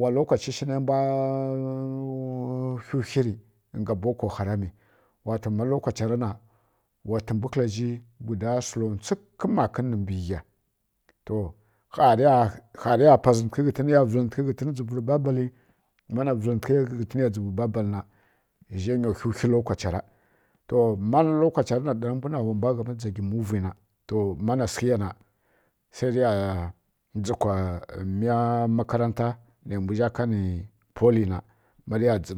wa lokachishi ma mbwa wkhuwkhuri nga boko harami to ma lokociyara na wa tǝmbwu kǝlazhi guda sǝlanwtsuk kǝla zhi mbǝ ghiya to kha riya pazǝntǝghǝ ghǝntǝn riya vǝlintǝghǝ ghǝtǝni dzuvirǝ babali mana vǝlǝntǝghǝ ghǝntǝnya dzuvǝri babali na zhǝnya khukhu lokacha ra to ma lokachiyara na ɓarǝ mbwa gharǝ dzagi mbǝ mubi na to mana sǝghǝyana sai riya ɗana sǝghǝkǝla makaranta nai mbuzha ka nǝ poli na marǝya dzi